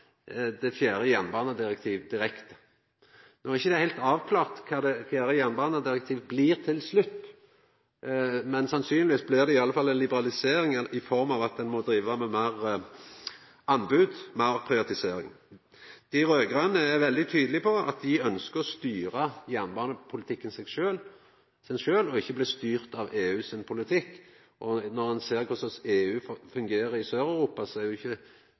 det fjerde jernbanedirektivet direkte. Det er ikkje heilt avklart kva det fjerde jernbanedirektivet blir til slutt, men det blir sannsynlegvis ei liberalisering, i form av at ein må driva med meir anbod og privatisering. Dei raud-grøne er veldig tydelege på at dei ønskjer å styra jernbanepolitikken sin sjølv og ikkje bli styrte av EU sin politikk. Når ein ser korleis EU fungerer i